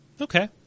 Okay